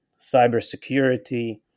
cybersecurity